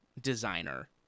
designer